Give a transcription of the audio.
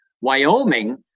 wyoming